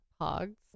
hogs